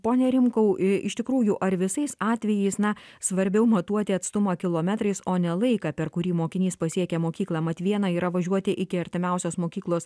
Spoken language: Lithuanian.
pone rimkau i iš tikrųjų ar visais atvejais na svarbiau matuoti atstumą kilometrais o ne laiką per kurį mokinys pasiekia mokyklą mat viena yra važiuoti iki artimiausios mokyklos